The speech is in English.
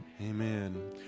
amen